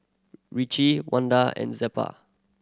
Richie Wanda and Zelpha